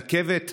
לעכב את